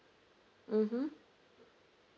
mmhmm